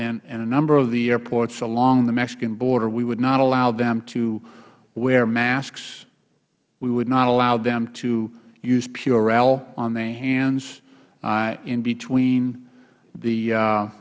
and a number of the airports along the mexico border we would not allow them to wear masks we would not allow them to use purell on their hands in between the